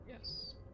Yes